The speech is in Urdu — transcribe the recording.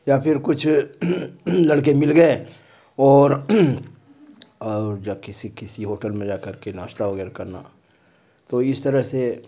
یا پھر کچھ لڑکے مل گئے اور اور یا کسی کسی ہوٹل میں جا کر کے ناشتہ وغیرہ کرنا تو اس طرح سے